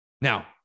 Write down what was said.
Now